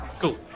Cool